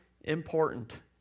important